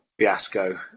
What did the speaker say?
fiasco